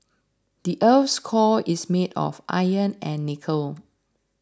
the earth's core is made of iron and nickel